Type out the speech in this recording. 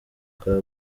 kwa